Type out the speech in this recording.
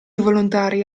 volontari